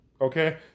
okay